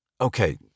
Okay